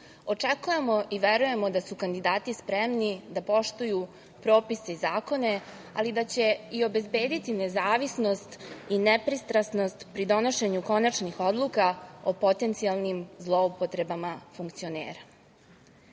i verujemo da su kandidati spremni da poštuju propise i zakone, ali da će i obezbediti nezavisnost i nepristrasnost pri donošenju konačnih odluka o potencijalnim zloupotrebama funkcionera. Najveći